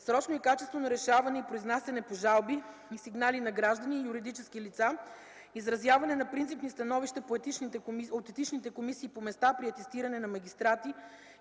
срочно и качествено решаване и произнасяне по жалби и сигнали на граждани и юридически лица, изразяване на принципни становища от етичните комисии по места при атестиране на магистрати